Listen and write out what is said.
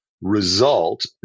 result